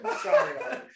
Sorry